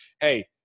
Hey